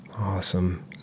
Awesome